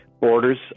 borders